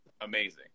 amazing